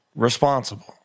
Responsible